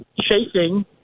chasing